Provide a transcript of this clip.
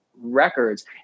records